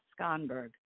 Skonberg